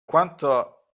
quanto